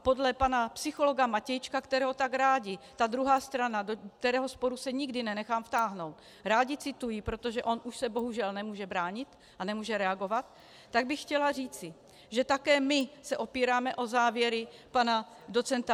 Podle pana psychologa Matějčka, kterého tak ráda ta druhá strana do toho sporu se nikdy nenechám vtáhnout cituje, protože on už se bohužel nemůže bránit a nemůže reagovat, tak bych chtěla říci, že také my se opíráme o závěry pana doc.